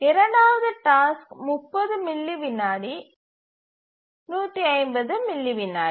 இரண்டாவது task 30 milli விநாடி மற்றும் 150 மில்லி விநாடி